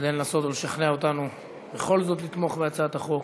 כדי לנסות ולשכנע אותנו בכל זאת לתמוך בהצעת החוק.